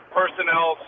personnel